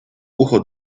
ucho